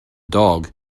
dog